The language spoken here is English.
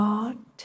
God